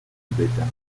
tibétain